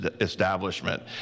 establishment